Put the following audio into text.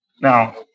Now